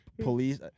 police